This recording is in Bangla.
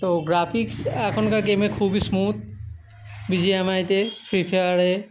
তো গ্রাফিক্স এখনকার গেমে খুবই স্মুত ভিজিএমআইতে ফ্রি ফায়ারে